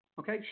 okay